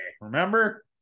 Remember